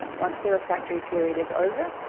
once the refractory period is over,